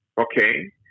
okay